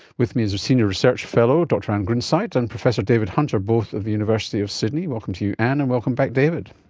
with me is senior research fellow dr anne grunseit, and professor david hunter, both of the university of sydney. welcome to you, anne, and welcome back david.